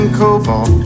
cobalt